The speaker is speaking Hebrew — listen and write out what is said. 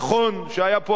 שהיה פה הכי טוב